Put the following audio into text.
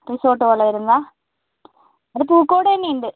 resort പോലെ വരുന്ന അത് പൂക്കോടുതന്നെ ഉണ്ട്